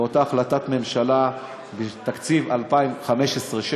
באותה החלטת ממשלה ותקציב 2015 2016,